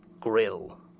GRILL